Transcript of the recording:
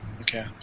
Okay